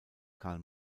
karl